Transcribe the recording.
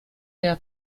der